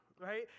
right